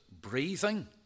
breathing